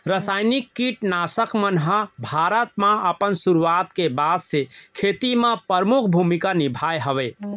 रासायनिक किट नाशक मन हा भारत मा अपन सुरुवात के बाद से खेती मा परमुख भूमिका निभाए हवे